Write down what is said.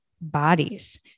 bodies